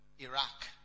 Iraq